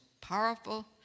powerful